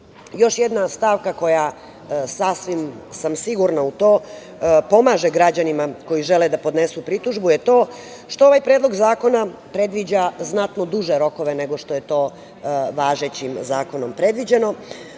jedna stavka koja sasvim sam sigurna u to, pomaže građanima koji žele da podnesu pritužbu je to što ovaj predlog zakona predviđa znatno duže rokove, nego što je to važećim zakonom predviđeno,